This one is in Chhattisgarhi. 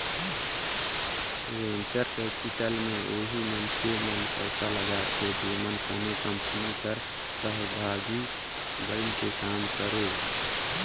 वेंचर कैपिटल में ओही मइनसे मन पइसा लगाथें जेमन कोनो कंपनी कर सहभागी बइन के काम करें